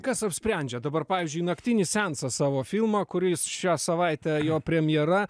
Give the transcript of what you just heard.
kas apsprendžia dabar pavyzdžiui naktinį seansą savo filmą kuris šią savaitę jo premjera